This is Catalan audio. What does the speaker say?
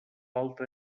altra